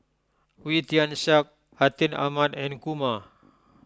Wee Tian Siak Atin Amat and Kumar